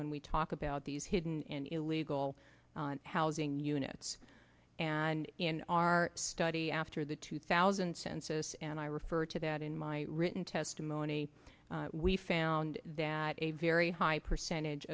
when we talk about these hidden in illegal housing units and in our study after the two thousand census and i refer to that in my written testimony we found that a very high percentage